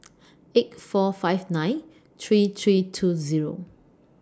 eight four five nine three three two Zero